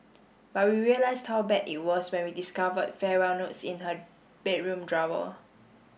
but we realised how bad it was when we discovered farewell notes in her bedroom drawer